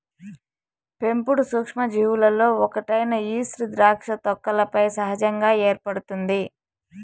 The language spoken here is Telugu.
పెంపుడు సూక్ష్మజీవులలో ఒకటైన ఈస్ట్ ద్రాక్ష తొక్కలపై సహజంగా ఏర్పడుతుంది